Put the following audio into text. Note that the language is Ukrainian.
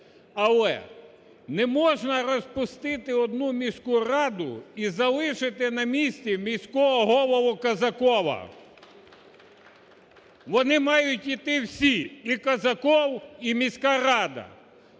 Але неможна розпустити одну міську раду і залишити на місці міського голову Казакова, вони мають іти всі і Казаков, і міська рада.